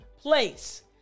place